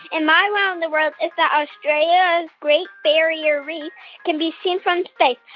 and my wow in the world is that australia's great barrier reef can be seen from space.